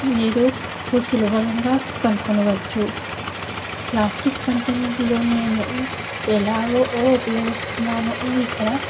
మీరు సులభంగా కనుకొనవచ్చు ప్లాస్టిక్ కంటెంట్ లో నేను ఎలాగో ఓ ఉపయోగిస్తున్నాను ఇక్కడ